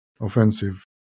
offensive